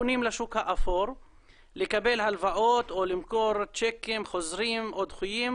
פונים לשוק האפור לקבל הלוואות או למכור צ'קים חוזרים או דחויים,